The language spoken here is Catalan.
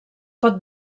pot